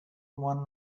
one